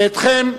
ואתכם,